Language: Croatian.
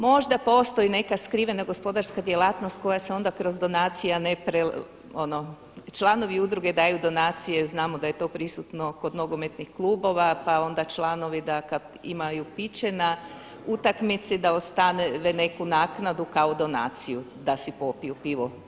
Možda postoji neka skrivena gospodarska djelatnost koja se onda kroz donacije a ne, članovi udruge daju donacije, znamo da je to prisutno kod nogometnih klubova pa onda članovi da kada imaju piće na utakmici da ostave neku naknadu kao donaciju da si popiju pivo.